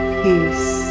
peace